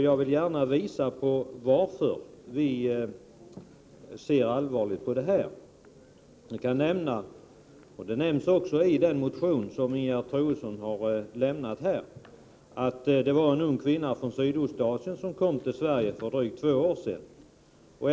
Jag vill gärna redovisa varför vi ser allvarligt på detta problem. Jag kan här återge det fall som också omnämns i den motion som Ingegerd Troedsson har väckt. En ung kvinna från Sydostasien kom för drygt två år sedan till Sverige.